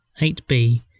8B